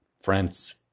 France